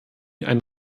ein